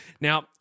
Now